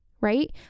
Right